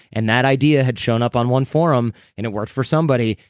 and that idea had showed up on one forum, and it worked for somebody,